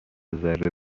ذره